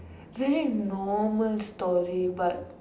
very normal story but